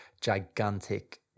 gigantic